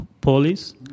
police